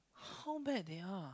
how bad they are